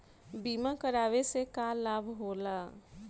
बीमा करावे से का लाभ होला?